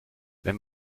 wenn